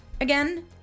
again